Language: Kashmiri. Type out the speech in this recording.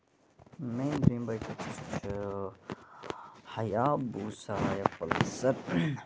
مین یِم بایٚکہٕ چھِ ہایابوٗسا بایک پَلسر